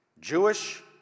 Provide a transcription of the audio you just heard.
Jewish